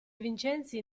vincenzi